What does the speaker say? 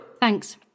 Thanks